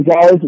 guys